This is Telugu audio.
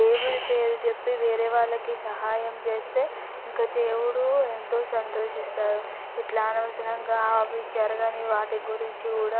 దేవుని పేరు చెప్పి వేరే వాళ్ళకి సహాయం చేస్తే ఇంకా దేవుడు ఎంతో సంతోషిస్తారు ఇట్లా అనవసరముగా అవి జరగని వాటి గురించి కూడా